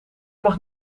mag